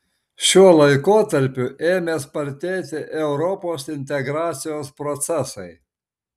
šiuo laikotarpiu ėmė spartėti europos integracijos procesai